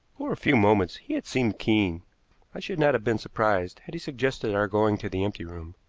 for a few moments he had seemed keen i should not have been surprised had he suggested our going to the empty room.